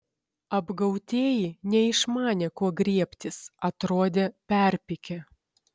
apgautieji neišmanė ko griebtis atrodė perpykę